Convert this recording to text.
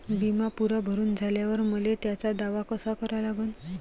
बिमा पुरा भरून झाल्यावर मले त्याचा दावा कसा करा लागन?